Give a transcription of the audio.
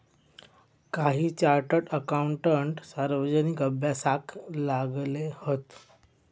काही chartered accountant सार्वजनिक अभ्यासाक लागले हत